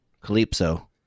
Calypso